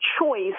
choice